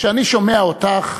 כשאני שומע אותך,